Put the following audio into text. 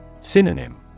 Synonym